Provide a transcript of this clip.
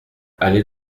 allée